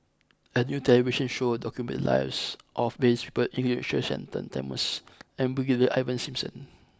a new television show documented lives of various people including Sir Shenton Thomas and Brigadier Ivan Simson